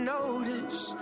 notice